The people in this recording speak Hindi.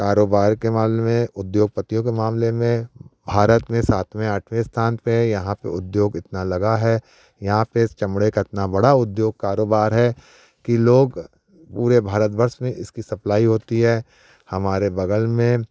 कारोबार के मामले में उद्योगपतियों के मामले में भारत में सातवें आठवें स्थान पे है यहाँ पे उद्योग इतना लगा है यहाँ पे इस चमड़े का इतना बड़ा उद्योग कारोबार है कि लोग पूरे भारत वर्ष में इसकी सप्लाई होती है हमारे बगल में